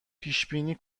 پیشبینی